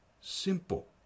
simple